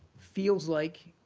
feels like